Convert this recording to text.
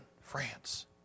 France